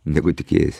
negu tikėjais